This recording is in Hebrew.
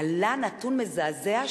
עלה נתון מזעזע,